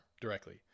directly